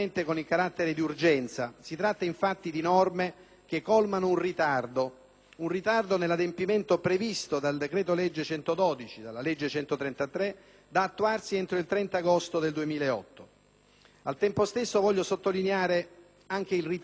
un ritardo nell'adempimento previsto dal decreto-legge n. 112, convertito dalla legge n. 133 del 2008, da attuarsi entro il 30 agosto 2008. Al tempo stesso, voglio anche sottolineare il ritardo nella predisposizione dei decreti di adozione e dei bandi per le procedure di attuazione, previsti,